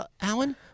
Alan